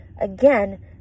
again